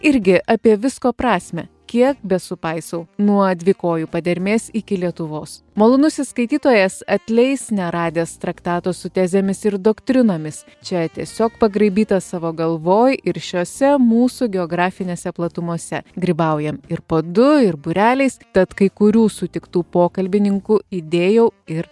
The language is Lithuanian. irgi apie visko prasmę kiek besupaisau nuo dvikojų padermės iki lietuvos malonusis skaitytojas atleis neradęs traktato su tezėmis ir doktrinomis čia tiesiog pagraibyta savo galvoj ir šiose mūsų geografinėse platumose grybaujam ir po du ir būreliais tad kai kurių sutiktų pokalbininkų idėjau ir